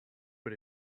but